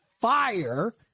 fire